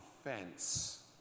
offense